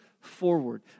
forward